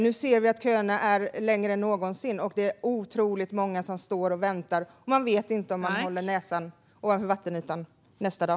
Nu ser vi att köerna är längre än någonsin och att otroligt många väntar utan att veta om de kan hålla näsan över vattenytan nästa dag.